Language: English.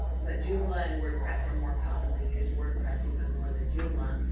but joomla and wordpress are more commonly used, wordpress even more than joomla,